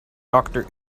doctor